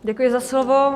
Děkuji za slovo.